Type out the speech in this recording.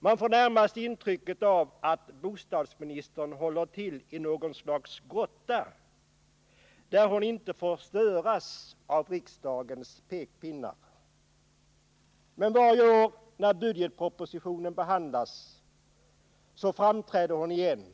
Man får närmast intrycket att bostadsministern håller till i något slags grotta. där hon inte får störas av riksdagens pekpinnar. Men varje år när budgetpropositionen behandlas framträder hon